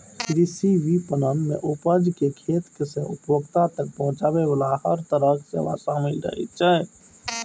कृषि विपणन मे उपज कें खेत सं उपभोक्ता तक पहुंचाबे बला हर तरहक सेवा शामिल रहै छै